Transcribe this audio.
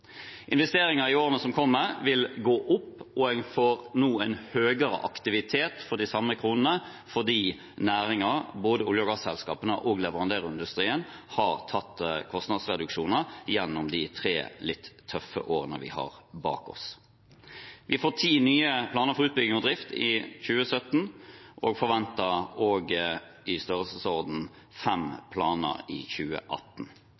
Investeringer i årene som kommer, vil gå opp, og en får nå en høyere aktivitet for de samme kronene, fordi næringen – både olje- og gasselskapene og leverandørindustrien – har tatt kostnadsreduksjoner gjennom de tre litt tøffe årene vi har bak oss. Vi får ti nye planer for utbygging og drift i 2017 og forventer også i størrelsesorden fem planer i 2018.